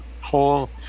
whole